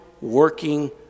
working